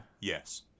Yes